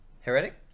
Heretic